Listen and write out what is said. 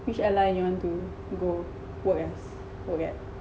which airline you want to go work as work at